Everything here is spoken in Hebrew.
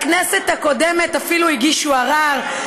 בכנסת הקודמת אפילו הגישו ערר,